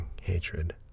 hatred